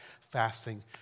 fasting